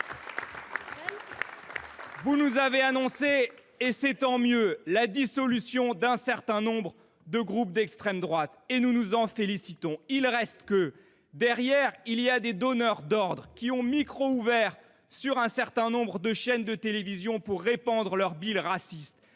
Vous nous avez annoncé, et c’est tant mieux, la dissolution d’un certain nombre de groupes d’extrême droite. Nous nous en félicitons. Il reste que, derrière, il y a des donneurs d’ordre qui ont micro ouvert sur un certain nombre de chaînes de télévision pour répandre leur bile raciste.